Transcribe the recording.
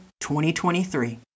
2023